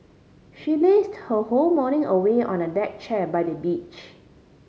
she lazed her whole morning away on a deck chair by the beach